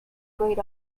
grayed